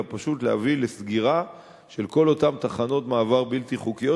אלא פשוט להביא לסגירה של כל אותן תחנות מעבר בלתי חוקיות,